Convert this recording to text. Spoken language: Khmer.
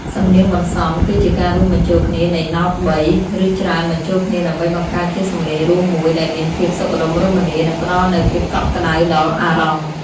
សំនៀងបន្សំ គឺជាការរួមបញ្ចូលគ្នានៃណោតបី ឬច្រើនបញ្ចូលគ្នាដើម្បីបង្កើតជាសម្លេងរួមមួយដែលមានភាពសុខដុមរមនា និងផ្តល់នូវភាពកក់ក្តៅដល់អារម្មណ៍។